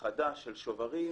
חדש של שוברים,